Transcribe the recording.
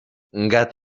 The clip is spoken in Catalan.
gat